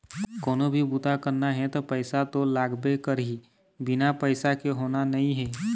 कोनो भी बूता करना हे त पइसा तो लागबे करही, बिना पइसा के होना नइ हे